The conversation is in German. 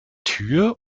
tür